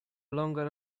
longer